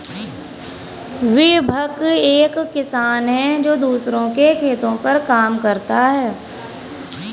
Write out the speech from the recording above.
विभव एक किसान है जो दूसरों के खेतो पर काम करता है